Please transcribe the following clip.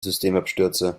systemabstürze